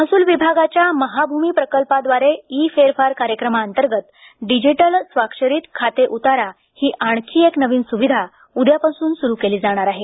महसूल विभागाच्या महाभूमी प्रकल्पाद्वारे ई फेरफार कार्यक्रमाअंतर्गत डिजिटल स्वाक्षरीत खाते उतारा ही आणखी एक नवीन सुविधा उद्यापासून सुरू केली जात आहे